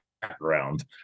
background